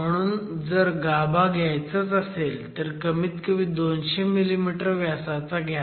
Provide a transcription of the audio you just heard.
म्हणून जर गाभा घ्यायचाच असेल तर कमीत कमी 200 मिमी व्यासाचा घ्यावा